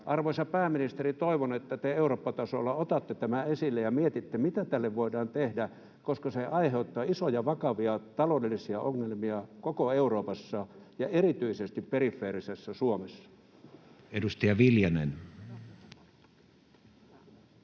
Arvoisa pääministeri, toivon, että te Eurooppa-tasolla otatte tämän esille ja mietitte, mitä tälle voidaan tehdä, koska se aiheuttaa isoja, vakavia taloudellisia ongelmia koko Euroopassa ja erityisesti perifeerisessä Suomessa. [Speech